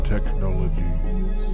Technologies